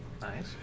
Nice